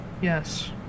Yes